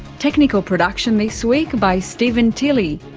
technical production this week by stephen tilley,